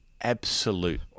absolute